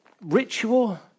ritual